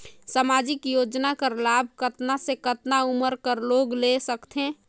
समाजिक योजना कर लाभ कतना से कतना उमर कर लोग ले सकथे?